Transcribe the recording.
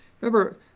Remember